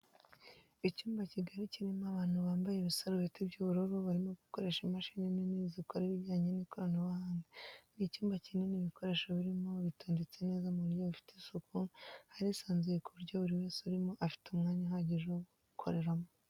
Icyumba kigari kirimo abantu bambaye ibisarubeti by'ubururu barimo gukoresha imashini nini zikora ibijyanye n'ikoranabuhanga, ni icyumba kinini ibikoresho birimo bitondetse neza mu buryo bufite isuku harisanzuye ku buryo buri wese urimo afite umwanya uhagije wo gukoreramo.